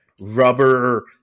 rubber